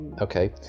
Okay